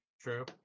True